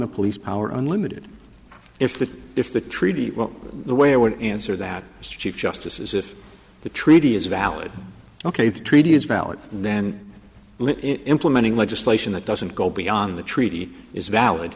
the police power unlimited if that if the treaty well the way i would answer that mr chief justice is if the treaty is valid ok to treaty is valid then implementing legislation that doesn't go beyond the treaty is valid